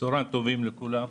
צוהריים טובים לכולם.